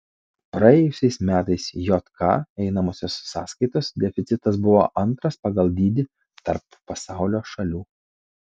praėjusiais metais jk einamosios sąskaitos deficitas buvo antras pagal dydį tarp pasaulio šalių